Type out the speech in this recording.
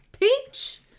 Peach